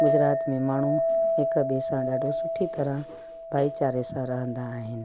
गुजरात में माण्हू हिक ॿिएं सां ॾाढो सुठी तरहां भाईचारे सां रहंदा आहिनि